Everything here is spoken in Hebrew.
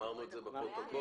אמרנו את זה לפרוטוקול.